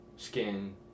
skin